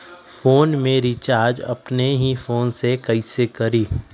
Phone में recharge अपने ही फ़ोन से कईसे करी?